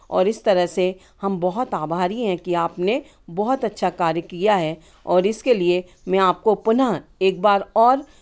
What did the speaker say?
और इस तरह से हम बहुत आभारी हैं कि आपने बहुत अच्छा कार्य किया है और इसके लिए मैं आपको पुनः एक बार और